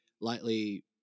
lightly